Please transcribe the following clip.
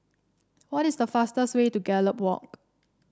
what is the fastest way to Gallop Walk